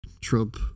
Trump